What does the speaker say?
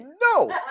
no